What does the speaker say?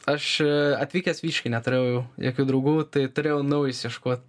aš a atvykęs visiškai neturėjau jokių draugų tai turėjau naujus ieškot